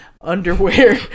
underwear